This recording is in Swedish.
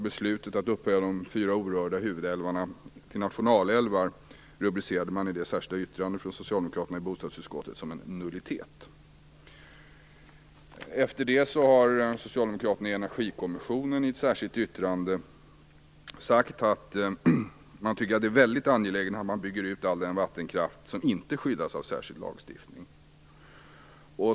Beslutet att upphöja de fyra orörda huvudälvarna till nationalälvar rubricerade man i det särskilda yttrande från socialdemokraterna i bostadsutskottet som "en nullitet". Efter det har socialdemokraterna i Energikommissionen i ett särskilt yttrande sagt att de tycker att det är väldigt angeläget att man bygger ut all den vattenkraft som inte skyddas av särskild lagstiftning.